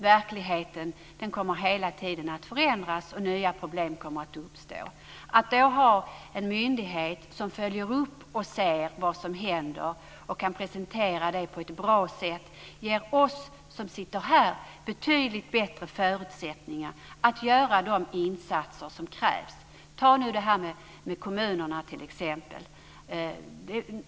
Verkligheten kommer hela tiden att förändras, och nya problem kommer att uppstå. Att då ha en myndighet som följer upp och ser vad som händer och kan presentera det på ett bra sätt ger oss som sitter här betydligt bättre förutsättningar att göra de insatser som krävs. Ta t.ex. kommunerna!